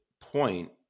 point